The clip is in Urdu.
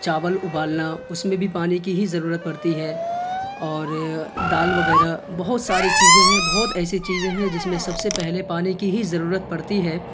چاول ابالنا اس میں بھی پانی کی ہی ضرورت پڑتی ہے اور دال وغیرہ بہت ساری چیزیں ہیں بہت ایسے چیزیں ہیں جس میں سب سے پہلے پانی کی ہی ضرورت پڑتی ہے